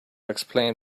explain